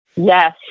Yes